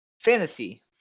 Fantasy